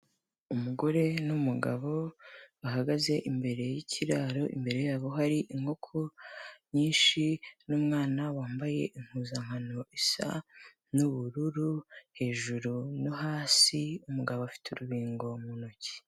Umugore n'umugabo bahagaze imbere y'ikiraro, imbere yabo hari inkoko nyinshi n'umwana wambaye impuzankano isa n'ubururu hejuru no hasi, umugabo afite urubingo mu ntoki.